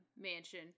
mansion